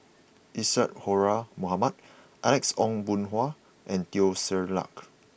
Isadhora Mohamed Alex Ong Boon Hau and Teo Ser Luck